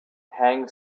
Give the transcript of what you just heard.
hang